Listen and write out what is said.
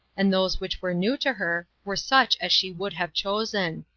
and those which were new to her were such as she would have chosen.